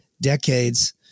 decades